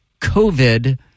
COVID